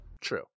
True